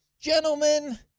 Gentlemen